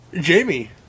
Jamie